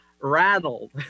rattled